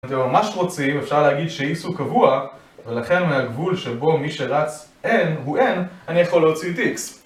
אם אתם ממש רוצים אפשר להגיד שx הוא קבוע ולכן מהגבול שבו מי שרץ n הוא n אני יכול להוציא את x